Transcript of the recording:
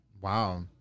Wow